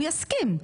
הוא יסכים,